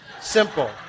Simple